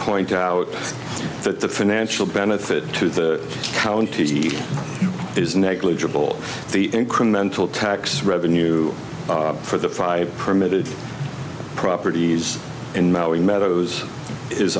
point out that the financial benefit to the county is negligible the incremental tax revenue for the five permitted properties in maui meadows is